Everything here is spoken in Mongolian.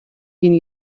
гэнэ